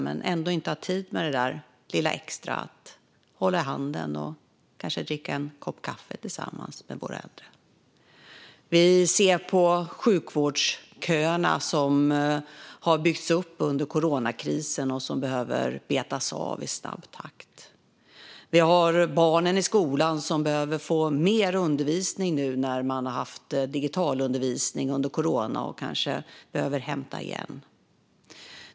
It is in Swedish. Men de har ändå inte tid med det där lilla extra som att hålla i handen och kanske dricka en kopp kaffe tillsammans med våra äldre. Vi ser på sjukvårdsköerna som har byggts upp under coronakrisen och som behöver betas av i snabb takt. Vi har barnen i skolan som behöver få mer undervisning nu när de har haft digitalundervisning under coronapandemin och kanske behöver hämta igen.